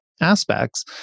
aspects